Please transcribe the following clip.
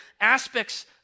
aspects